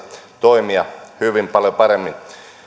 toimia hyvin paljon paremmin